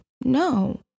No